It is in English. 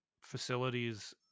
facilities